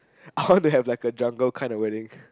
I wanna have like a jungle kind of wedding